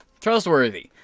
trustworthy